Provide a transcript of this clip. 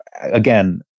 again